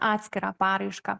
atskirą paraišką